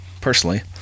personally